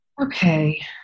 Okay